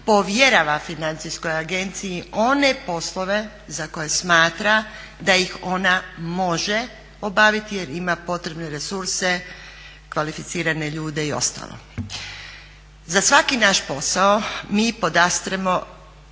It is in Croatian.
povjerava FINA-i one poslove za koje smatra da ih ona može obaviti jer ima potrebne resurse, kvalificirane ljude i ostalo. Za svaki naš posao mi podastremo